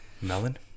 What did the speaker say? Melon